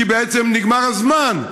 כי בעצם נגמר הזמן.